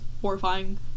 horrifying